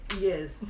Yes